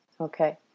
Okay